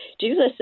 jesus